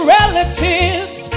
relatives